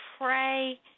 pray